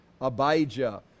Abijah